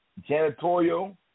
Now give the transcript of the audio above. janitorial